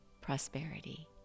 prosperity